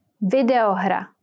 Videohra